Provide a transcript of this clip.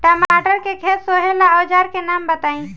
टमाटर के खेत सोहेला औजर के नाम बताई?